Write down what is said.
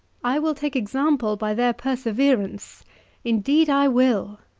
i will take example by their perseverance indeed i will!